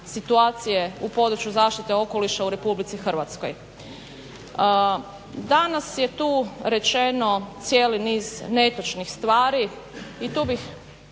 situacije u području zaštite okoliša u Republici Hrvatskoj. Danas je tu rečeno cijeli niz netočnih stvari i tu bih